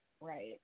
Right